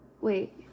Wait